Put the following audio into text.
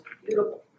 beautiful